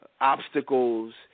obstacles